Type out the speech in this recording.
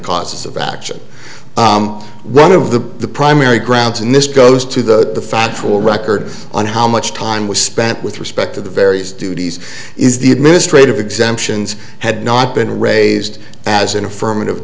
costs of action one of the the primary grounds and this goes to the factual record on how much time was spent with respect to the various duties is the administrative exemptions had not been raised as an affirmative